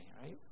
right